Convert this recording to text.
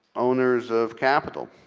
owners of capital,